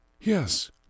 Yes